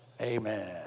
Amen